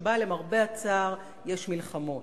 שבה למרבה הצער יש מלחמות,